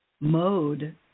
mode